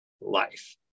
life